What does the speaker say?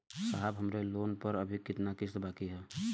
साहब हमरे लोन पर अभी कितना किस्त बाकी ह?